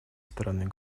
стороны